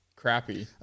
crappy